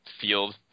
field